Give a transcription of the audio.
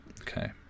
Okay